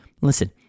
listen